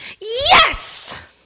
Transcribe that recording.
Yes